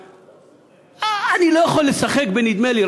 אני לא יכול לשחק בנדמה לי.